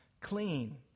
clean